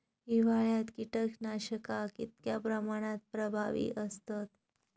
हिवाळ्यात कीटकनाशका कीतक्या प्रमाणात प्रभावी असतत?